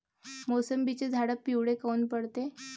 मोसंबीचे झाडं पिवळे काऊन पडते?